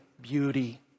beauty